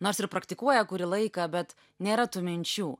nors ir praktikuoja kurį laiką bet nėra tų minčių